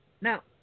Now